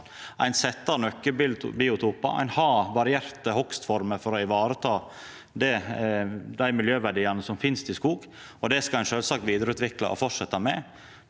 Ein set av nøkkelbiotopar, ein har varierte hogstformer for å ivareta dei miljøverdiane som finst i skog, og det skal ein sjølvsagt vidareutvikla og fortsetja med.